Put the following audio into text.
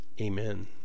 Amen